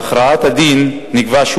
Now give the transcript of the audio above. ובהכרעת הדין נקבע שהוא